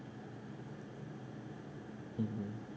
mmhmm